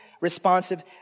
responsive